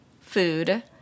food